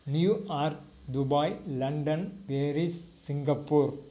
New York Dubai London Paris Singapore